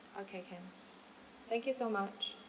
okay can thank you so much